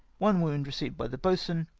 one wound received by the boatswain,